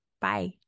Bye